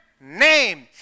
name